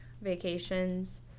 vacations